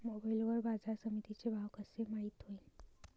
Mobile वर बाजारसमिती चे भाव कशे माईत होईन?